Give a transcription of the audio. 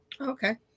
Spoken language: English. Okay